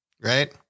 right